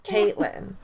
Caitlin